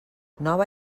nova